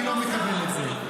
אני לא מתכוון לזה.